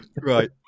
Right